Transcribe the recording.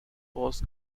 was